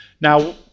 Now